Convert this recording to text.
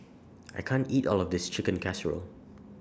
I can't eat All of This Chicken Casserole